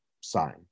sign